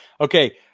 Okay